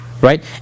Right